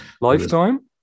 Lifetime